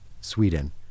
sweden